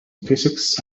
physics